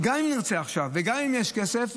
גם אם נרצה עכשיו וגם אם יש כסף,